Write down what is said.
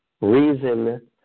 reason